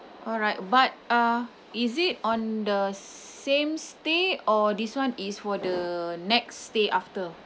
alright but uh is it on the same stay or this [one] is for the next stay after